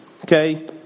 okay